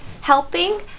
helping